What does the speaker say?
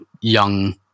young